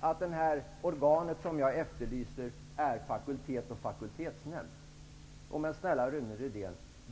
att det organ som ansvaret skall delegeras till är fackulteterna. Snälla Rune Rydén!